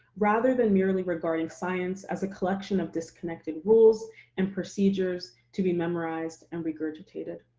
rather than merely regarding science as a collection of disconnected rules and procedures to be memorized and regurgitated.